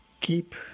keep